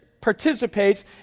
participates